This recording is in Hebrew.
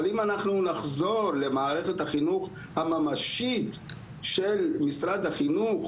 אבל אם אנחנו נחזור למערכת החינוך הממשית של משרד החינוך